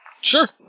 Sure